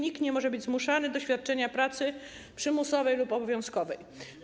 Nikt nie może być zmuszany do świadczenia pracy przymusowej lub obowiązkowej.